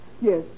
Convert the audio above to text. Yes